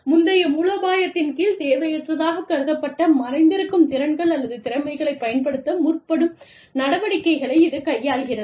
முந்தைய மூலோபாயத்தின் கீழ் தேவையற்றதாகக் கருதப்பட்ட மறைந்திருக்கும் திறன்கள் அல்லது திறமைகளைப் பயன்படுத்த முற்படும் நடவடிக்கைகளை இது கையாள்கிறது